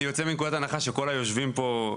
אני יוצא מנקודת הנחה שכל היושבים פה,